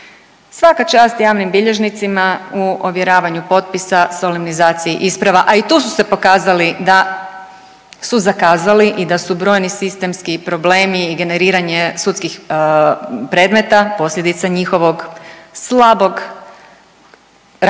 Svaka čast javnim bilježnicima u ovjeravanju potpisa, solemnizaciji isprava, a i tu su se pokazali da su zakazali i da su brojni sistemski problemi i generiranje sudskih predmeta posljedica njihovog slabog rada.